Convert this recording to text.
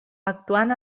actuant